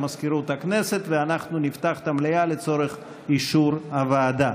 למזכירות הכנסת ואנחנו נפתח את המליאה לצורך אישור הוועדה.